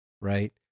right